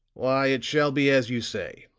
why, it shall be as you say.